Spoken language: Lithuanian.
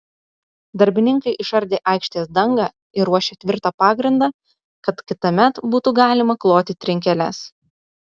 darbininkai išardė aikštės dangą ir ruošią tvirtą pagrindą kad kitąmet būtų galima kloti trinkeles